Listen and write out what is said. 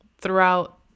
throughout